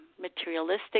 materialistic